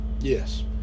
Yes